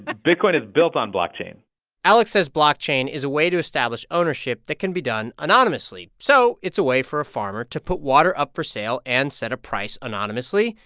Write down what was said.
bitcoin is built on blockchain alex says blockchain is a way to establish ownership that can be done anonymously. so it's a way for a farmer to put water up for sale and set a price anonymously,